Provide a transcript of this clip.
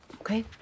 okay